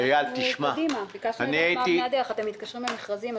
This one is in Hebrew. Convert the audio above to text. אתם מתקשרים במכרזים,